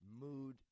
mood